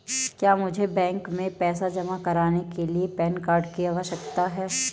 क्या मुझे बैंक में पैसा जमा करने के लिए पैन कार्ड की आवश्यकता है?